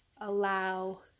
allow